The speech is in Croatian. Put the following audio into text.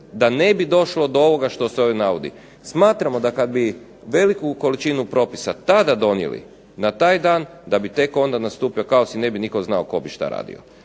da ne bi došlo do ovoga što se ovdje navodi. Smatramo da kad bi veliku količinu propisa tada donijeli na taj dan da bi tek onda nastupio kaos i ne bi nitko znao tko bi šta radio.